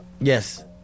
Yes